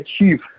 achieve